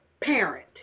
parent